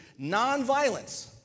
Nonviolence